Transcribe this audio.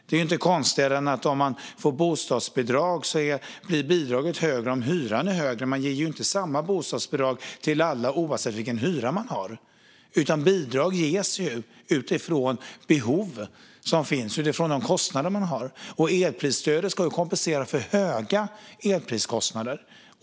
Det är inte konstigare än att bostadsbidraget blir högre om hyran är högre - man ger ju inte samma bostadsbidrag till alla oavsett vilken hyra de har. Bidrag ges utifrån de behov och kostnader som finns. Elprisstödet ska kompensera för höga elpriser.